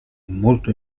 molto